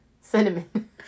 cinnamon